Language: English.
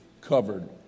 covered